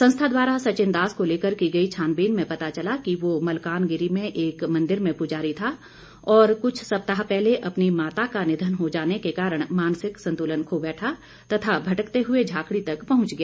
संस्था द्वारा सचिनदास को लेकर की गई छानवीन में पता चला कि वह मलकानगिरी में एक मंदिर में पूजारी था और कुछ सप्ताह पहले अपनी माता का निधन हो जाने के कारण मानसिक संतुलन खो बैठा तथा भटकते हुए झाकड़ी तक पहुंच गया